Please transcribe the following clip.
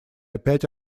опять